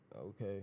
Okay